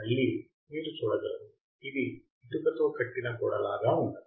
మళ్ళీ మీరు చూడగలరు ఇది ఇటుక తో కట్టిన గోడ లాగా ఉన్నది